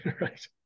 right